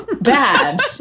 bad